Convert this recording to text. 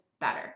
better